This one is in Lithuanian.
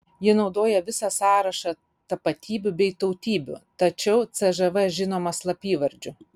ji naudoja visą sąrašą tapatybių bei tautybių tačiau cžv žinoma slapyvardžiu